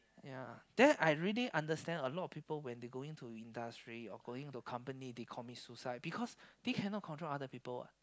ya then I really understand a lot of people when they going to industry or going to company they commit suicide because they cannot control other people what